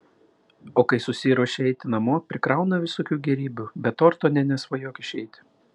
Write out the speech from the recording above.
o kai susiruošia eiti namo prikrauna visokių gėrybių be torto nė nesvajok išeiti